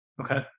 okay